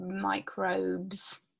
microbes